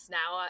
now